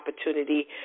opportunity